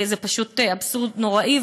זה פשוט אבסורד נוראי,